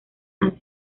han